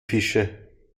fische